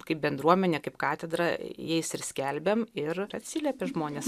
kaip bendruomenė kaip katedra jais ir skelbėm ir atsiliepė žmonės